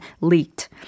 leaked